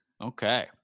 Okay